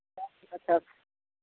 तऽ